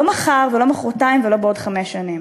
לא מחר ולא מחרתיים ולא בעוד חמש שנים.